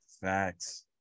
Facts